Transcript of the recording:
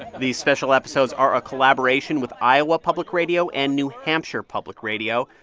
these special episodes are a collaboration with iowa public radio and new hampshire public radio.